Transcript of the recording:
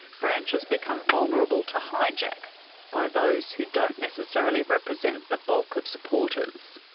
branches become vulnerable to hijack by those who don't necessarily represent the bulk of supporters.